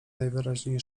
najwyraźniej